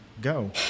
go